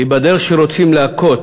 כי בדרך כשרוצים להכות